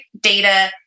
data